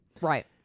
Right